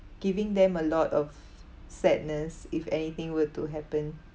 giving them a lot of sadness if anything were to happen